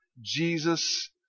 Jesus